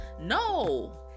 No